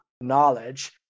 knowledge